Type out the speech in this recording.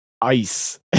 ice